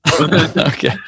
Okay